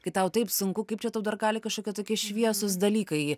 kai tau taip sunku kaip čia tau dar gali kažkokie tokie šviesūs dalykai